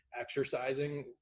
exercising